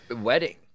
wedding